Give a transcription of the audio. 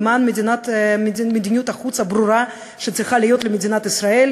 למען מדיניות החוץ הברורה שצריכה להיות למדינת ישראל,